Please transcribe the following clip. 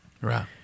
Right